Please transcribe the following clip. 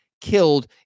killed